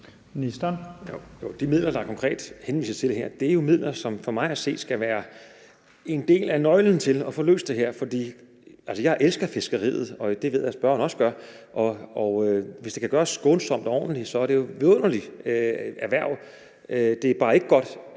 De midler, der konkret henvises til her, er jo midler, som for mig at se skal være en del af nøglen til at få løst det her. Altså, jeg elsker fiskeriet, og det ved jeg spørgeren også gør, og hvis det kan gøres skånsomt og ordentligt, er det jo et vidunderligt erhverv. Det er bare ikke godt,